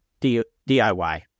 DIY